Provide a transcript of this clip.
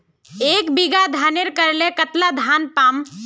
एक बीघा धानेर करले कतला धानेर पाम?